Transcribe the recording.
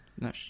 No